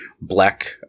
black